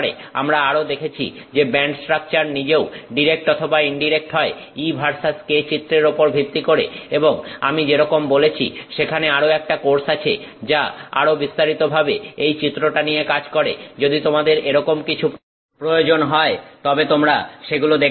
আমরা আরও দেখেছি যে ব্যান্ড স্ট্রাকচার নিজেও ডিরেক্ট অথবা ইনডিরেক্ট হয় E ভার্সেস k চিত্রের ওপর ভিত্তি করে এবং আমি যেরকম বলেছি সেখানে আরও একটা কোর্স আছে যা আরো বিস্তারিত ভাবে এই চিত্রটা নিয়ে কাজ করে যদি তোমাদের এরকম কিছু প্রয়োজন হয় তবে তোমরা সেগুলো দেখতে পারো